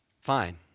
Fine